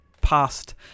past